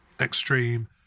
extreme